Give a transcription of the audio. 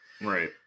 Right